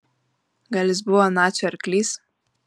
gal jis buvo nacių arklys